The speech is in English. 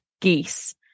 geese